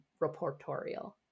reportorial